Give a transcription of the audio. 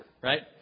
right